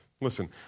Listen